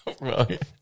Right